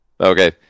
okay